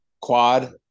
quad